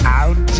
out